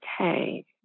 okay